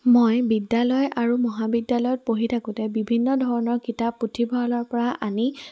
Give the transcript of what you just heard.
মই বিদ্যালয় আৰু মহাবিদ্যালয়ত পঢ়ি থাকোঁতে বিভিন্ন ধৰণৰ কিতাপ পুথিভঁৰালৰপৰা আনি